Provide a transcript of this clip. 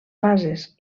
fases